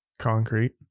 Concrete